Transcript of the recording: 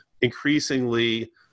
increasingly